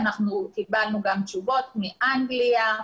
אנחנו קיבלנו גם תשובות מאנגליה,